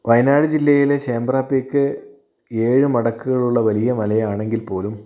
വയനാട് ജില്ലയിലെ ചെമ്പ്ര പീക്ക് ഏഴ് മടക്കുകൾ ഉള്ള വലിയ മലയാണെങ്കിൽ പോലും